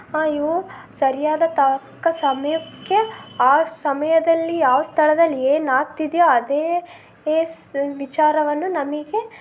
ಇವು ಸರಿಯಾದ ತಕ್ಕ ಸಮಯಕ್ಕೆ ಆ ಸಮಯದಲ್ಲಿ ಯಾವ ಸ್ಥಳದಲ್ಲಿ ಏನಾಗ್ತಿದೆಯೋ ಅದೇ ಎಸ್ ವಿಚಾರವನ್ನು ನಮಗೆ